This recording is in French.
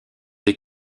des